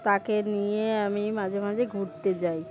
তাকে নিয়ে আমি মাঝে মাঝে ঘুরতে যাই